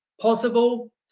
possible